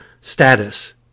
status